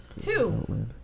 two